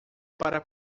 para